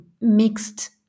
mixed